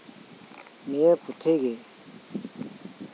ᱱᱤᱭᱟᱹ ᱯᱩᱛᱷᱤ ᱜᱮ